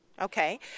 okay